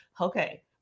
okay